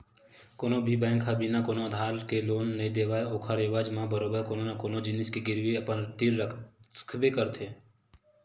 कोनो भी बेंक ह बिना कोनो आधार के लोन नइ देवय ओखर एवज म बरोबर कोनो न कोनो जिनिस के गिरवी अपन तीर रखबे करथे